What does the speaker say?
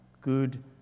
good